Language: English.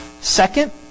Second